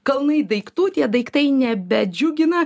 kalnai daiktų tie daiktai nebedžiugina